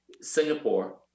Singapore